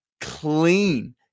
Clean